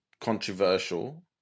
controversial